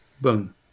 Boom